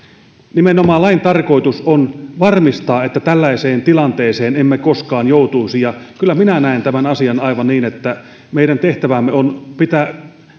lain tarkoitus on nimenomaan varmistaa että tällaiseen tilanteeseen emme koskaan joutuisi ja kyllä minä näen tämän asian aivan niin että meidän tehtävämme on pitää